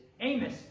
Amos